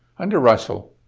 under russell,